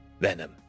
venom